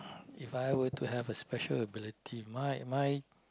If I were to have a special ability my my